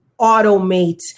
automate